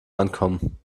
ankommen